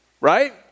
Right